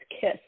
kiss